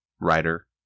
writer